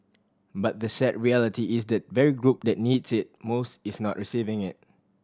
but the sad reality is that the very group that needs it most is not receiving it